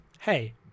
Hey